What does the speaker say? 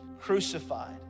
crucified